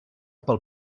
pel